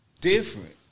different